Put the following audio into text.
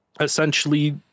essentially